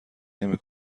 نمی